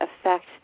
affect